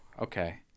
Okay